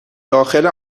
داخل